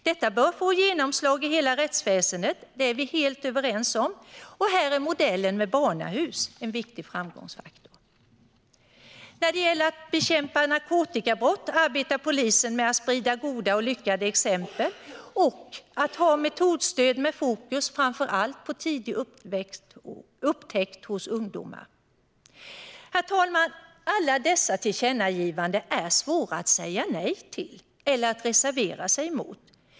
Detta bör också få genomslag i hela rättsväsendet, det är vi helt överens om, och här är modellen med barnahus en viktig framgångsfaktor. När det gäller att bekämpa narkotikabrott arbetar polisen med att sprida goda och lyckade exempel och att ha metodstöd med fokus framför allt på tidig upptäckt hos ungdomar. Herr talman! Alla dessa tillkännagivanden är svåra att säga nej till eller reservera sig mot.